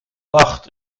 wacht